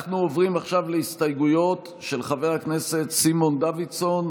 אנחנו עוברים עכשיו להסתייגויות של חבר הכנסת סימון דוידסון.